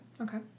Okay